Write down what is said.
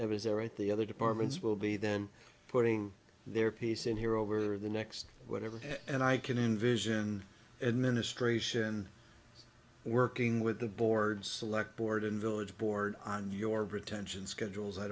is there at the other departments will be then putting their piece in here over the next whatever and i can envision administration working with the board select board and village board on your pretensions schedules i